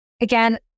again